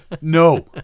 no